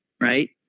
right